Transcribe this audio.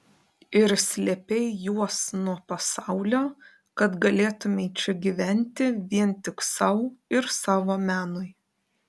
ir slėpei juos nuo pasaulio kad galėtumei čia gyventi vien tik sau ir savo menui